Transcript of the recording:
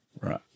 right